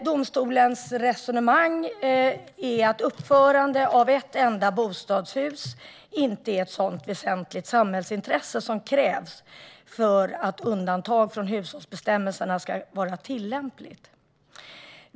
Domstolens resonemang innebär att uppförande av ett enda bostadshus inte är ett så väsentligt samhällsintresse som krävs för att undantag från hushållningsbestämmelserna ska vara tillämpligt.